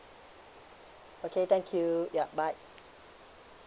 okay thank you yup bye